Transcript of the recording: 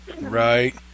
right